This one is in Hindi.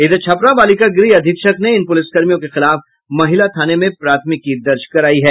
इधर छपरा बालिका गृह अधीक्षक ने इन पुलिसकर्मियों के खिलाफ महिला थाने में प्राथमिकी दर्ज करायी है